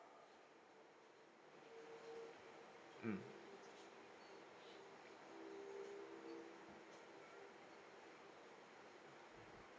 mm